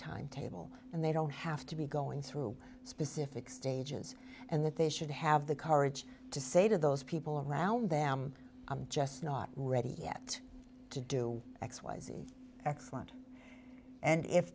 timetable and they don't have to be going through specific stages and that they should have the courage to say to those people around them i'm just not ready yet to do x y z excellent and if